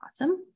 awesome